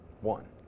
One